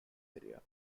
area